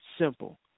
simple